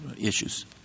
issues